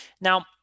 Now